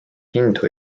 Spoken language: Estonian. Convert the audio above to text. hindu